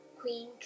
Queen